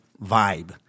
vibe